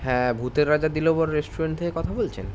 হ্যাঁ ভূতের রাজা দিল বর রেস্টুরেন্ট থেকে কথা বলছেন